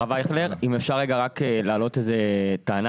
הרב אייכלר, אם אפשר להעלות איזו טענה.